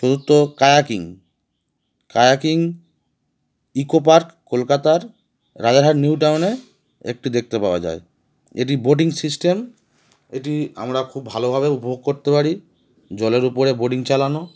চতুর্থ kayaking kayaking eco park কলকাতার Rajarhat new টাউনে একটি দেখতে পাওয়া যায় এটি বোটিং সিস্টেম এটি আমরা খুব ভালোভাবে উপভোগ করতে পারি জলের উপরে বোটিং চালানো